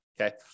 okay